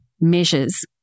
measures